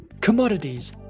commodities